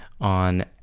on